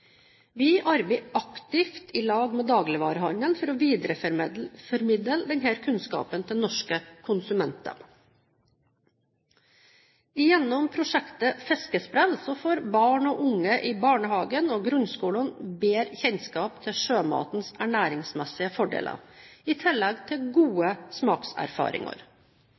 Vi arbeider aktivt sammen med dagligvarehandelen for å videreformidle denne kunnskapen til norske konsumenter. Gjennom prosjektet Fiskesprell får barn og unge i barnehagen og grunnskolen bedre kjennskap til sjømatens ernæringsmessige fordeler, i tillegg til gode smakserfaringer.